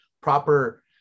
proper